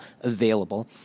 available